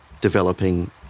Developing